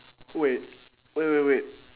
wait wait wait wait